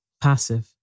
passive